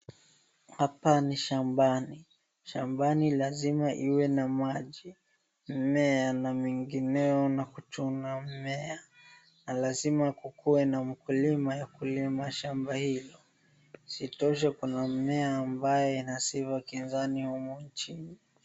Hapa ni shambani. Shambani lazima iwe na maji, ya mimea na mengineo na lazima kukua na mkulima wa kulima shamba hii isitoshe kuna mimea ambayo yanashika shambani humu nchini.